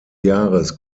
jahres